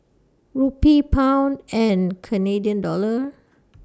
Rupee Pound and Canadian Dollar